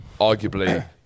arguably